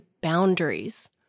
boundaries